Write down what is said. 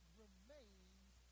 remains